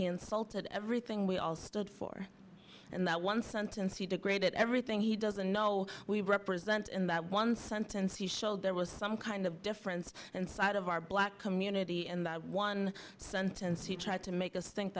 insulted everything we all stood for and that one sentence he degraded everything he doesn't know we represent in that one sentence he showed there was some kind of difference inside of our black community in that one sentence he tried to make us think